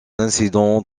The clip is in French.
incident